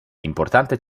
importante